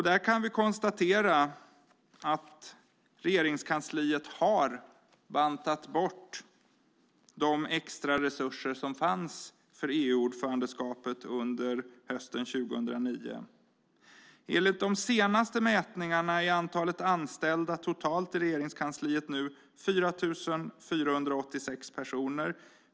Där kan vi konstatera att Regeringskansliet har bantat bort de extra resurser som fanns för EU-ordförandeskapet under hösten 2009. Enligt de senaste mätningarna är det totala antalet anställda i Regeringskansliet nu 4 486 personer.